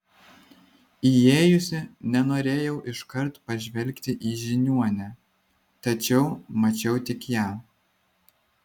įėjusi nenorėjau iškart pažvelgti į žiniuonę tačiau mačiau tik ją